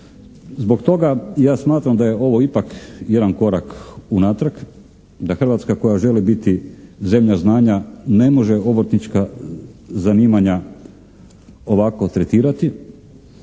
Zbog toga ja smatram da je ovo ipak jedan korak unatrag. Da Hrvatska koja želi biti zemlja znanja ne može obrtnička zanimanja ovako tretirati.